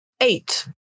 eight